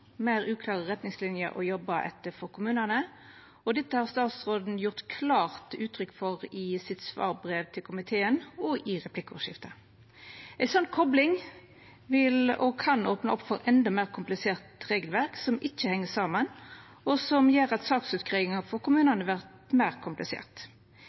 meir byråkrati, meir uklare retningsliner å jobba etter for kommunane, og dette har statsråden gjort klart uttrykk for i svarbrevet sitt til komiteen og i replikkordskiftet. Ei slik kopling kan opna opp for eit endå meir komplisert regelverk som ikkje heng saman, og som gjer at saksutgreiinga for kommunane vert meir komplisert.